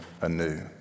anew